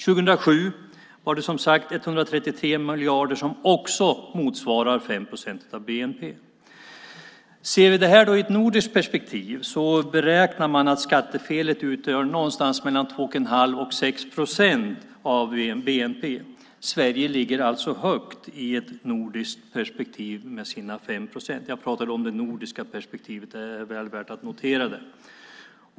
År 2007 var det som sagt 133 miljarder som också motsvarar 5 procent av bnp. Ser vi det här i ett nordiskt perspektiv beräknar man att skattefelet utgör någonstans mellan 2 1⁄2 och 6 procent av bnp. Sverige ligger alltså högt i ett nordiskt perspektiv med sina 5 procent. Jag pratar alltså om det nordiska perspektivet, och det är väl värt att notera.